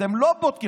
אתם לא בודקים.